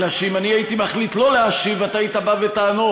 אלא שאם הייתי מחליט לא להשיב, היית בא בטענות